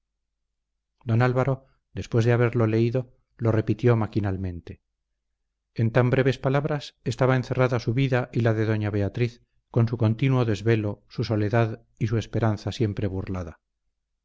don álvaro después de haberlo leído lo repitió maquinalmente en tan breves palabras estaba encerrada su vida y la de doña beatriz con su continuo desvelo su soledad y su esperanza siempre burlada